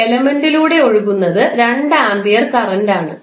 എലമെൻറിലൂടെ ഒഴുകുന്നത് 2 ampere current ആണ്